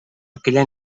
aquella